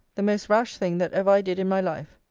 the most rash thing that ever i did in my life.